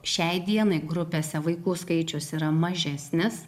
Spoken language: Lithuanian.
šiai dienai grupėse vaikų skaičius yra mažesnis